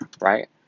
right